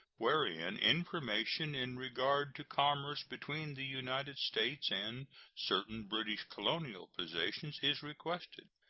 wherein information in regard to commerce between the united states and certain british colonial possessions is requested,